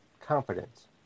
confidence